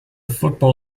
football